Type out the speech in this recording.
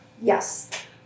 Yes